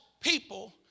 people